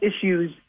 issues